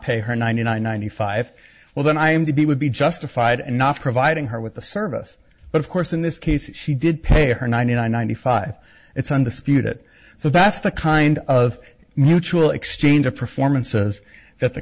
pay her ninety nine ninety five well then i am to be would be justified and not providing her with the service but of course in this case she did pay her ninety nine ninety five it's undisputed so that's the kind of mutual exchange of performances that the